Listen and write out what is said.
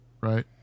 right